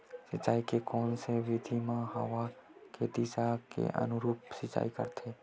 सिंचाई के कोन से विधि म हवा के दिशा के अनुरूप सिंचाई करथे?